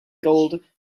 gold